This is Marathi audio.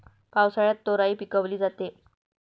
पावसाळ्यात तोराई पिकवली जाते